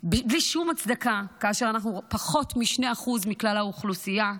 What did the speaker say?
בלי שום הצדקה כאשר אנחנו פחות מ-2% מכלל האוכלוסייה.